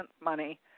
money